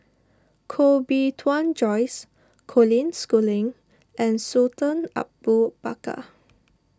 Koh Bee Tuan Joyce Colin Schooling and Sultan Abu Bakar